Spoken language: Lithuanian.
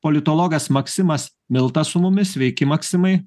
politologas maksimas milta su mumis sveiki maksimai